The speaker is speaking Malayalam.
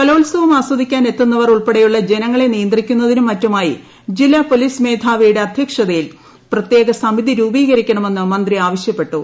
കലോൽസവം ആസ്വദിക്കാൻ എത്തുന്നവർ ഉൾപ്പടെയുള്ള ജനങ്ങളെ നിയന്ത്രിക്കുന്നതിനും മറ്റുമായി ജില്ല പൊലീസ് മേധാവിയുടെ അധ്യക്ഷതയിൽ പ്രത്യേക സമതി രൂപീകരിക്കണമെന്ന് മന്ത്രി ആവശ്യപ്പെട്ടു